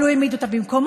אבל הוא העמיד אותה במקומה.